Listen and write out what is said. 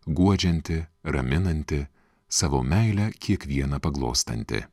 guodžianti raminanti savo meile kiekvieną paglostanti